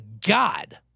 God